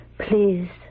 Please